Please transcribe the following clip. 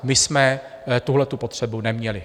My jsme tuhletu potřebu neměli.